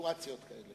סיטואציות כאלה.